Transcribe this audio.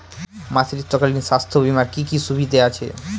মাতৃত্বকালীন স্বাস্থ্য বীমার কি কি সুবিধে আছে?